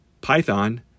python